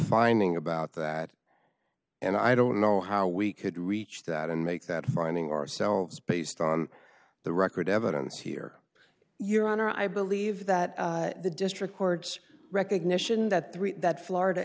finding about that and i don't know how we could reach that and make that finding ourselves based on the record evidence here your honor i believe that the district court's recognition that three that florida